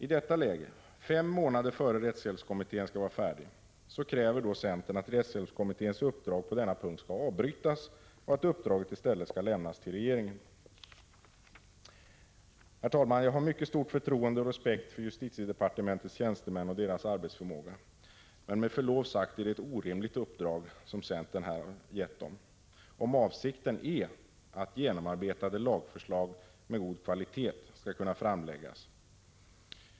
I detta läge — fem månader innan rättshjälpskommittén skall vara färdig — kräver centern att rättshjälpskommitténs uppdrag på denna punkt skall avbrytas och att uppdraget i stället skall lämnas till regeringen. Herr talman! Jag har stort förtroende och stor respekt för justitiedepartementets tjänstemän och deras arbetsförmåga, men med förlov sagt är det ett orimligt uppdrag centern här vill ge dem, om avsikten är att genomarbetade lagförslag med god kvalitet skall kunna framläggas.